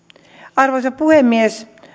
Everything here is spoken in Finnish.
arvoisa puhemies